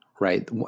right